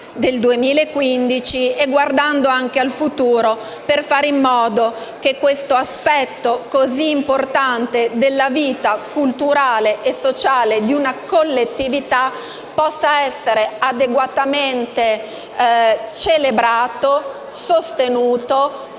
del 2015 e guardando anche al futuro, per fare in modo che un aspetto così importante della vita culturale e sociale di una collettività possa essere adeguatamente celebrato, sostenuto,